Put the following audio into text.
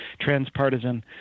transpartisan